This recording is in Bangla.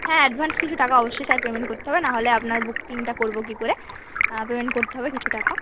হ্যাঁ অ্যাডভান্স কিছু টাকা অবশ্যই স্যার পেমেন্ট করতে হবে না হলে আপনার বুকিংটা করব কী করে পেমেন্ট করতে হবে কিছু টাকা